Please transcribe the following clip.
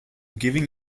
giving